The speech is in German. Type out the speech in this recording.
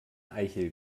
eichel